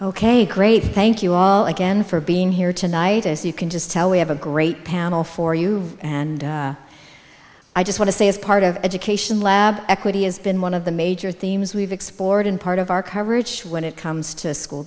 ok great thank you all again for being here tonight as you can just tell we have a great panel for you and i just want to say as part of education lab equity has been one of the major themes we've explored in part of our coverage when it comes to school